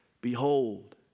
Behold